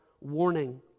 warning